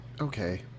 Okay